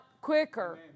quicker